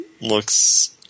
looks